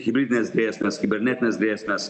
hibridinės grėsmės kibernetinės grėsmės